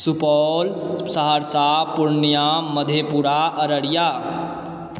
Supaul Saharsa Purnia Madhepura Araria